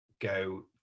go